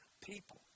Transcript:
people